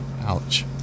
Ouch